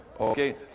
Okay